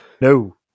No